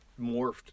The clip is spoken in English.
morphed